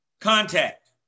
contact